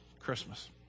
Christmas